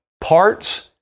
parts